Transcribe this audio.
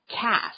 cast